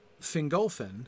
Fingolfin